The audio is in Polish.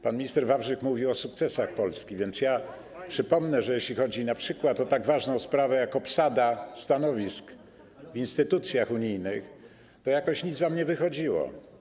Pan minister Wawrzyk mówił o sukcesach Polski, więc przypomnę, że jeśli chodzi o tak ważną sprawę jak obsada stanowisk w instytucjach unijnych, to jakoś nic wam nie wychodziło.